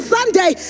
Sunday